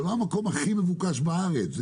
זה לא המקום הכי מבוקש בארץ.